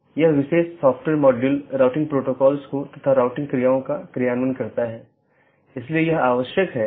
हम बताने की कोशिश कर रहे हैं कि राउटिंग प्रोटोकॉल की एक श्रेणी इंटीरियर गेटवे प्रोटोकॉल है